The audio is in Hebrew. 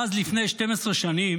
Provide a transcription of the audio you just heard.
ואז לפני 12 שנים